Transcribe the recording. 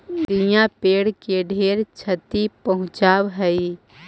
दियाँ पेड़ के ढेर छति पहुंचाब हई